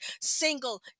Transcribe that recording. single